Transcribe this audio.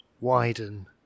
widen